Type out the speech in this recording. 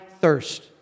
thirst